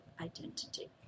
identity